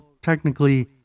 technically